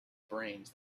brains